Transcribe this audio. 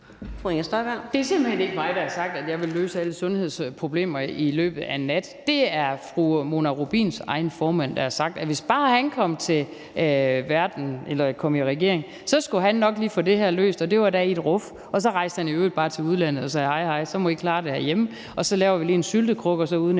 Det er simpelt hen ikke mig, der har sagt, at jeg vil løse alle sundhedsproblemer i løbet af en nat. Det er fru Monika Rubins egen formand, der har sagt, at hvis bare han kom i regering, skulle han nok lige få det her løst, og det var da i en ruf, og så rejste han i øvrigt bare til udlandet og sagde: Hej, hej, så må I klare det herhjemme, og så laver vi lige en syltekrukke, og så udnævner